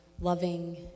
loving